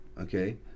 okay